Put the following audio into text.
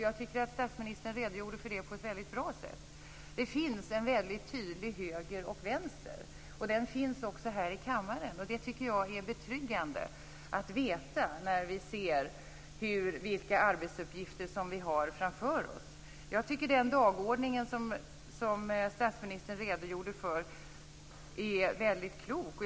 Jag tycker att statsministern redogjorde för det på ett väldigt bra sätt. Det finns en mycket tydlig höger och vänster, och det finns det också här i kammaren. Det tycker jag är betryggande att veta när vi ser vilka arbetsuppgifter vi har framför oss. Jag tycker att den dagordning som statsministern redogjorde för är klok.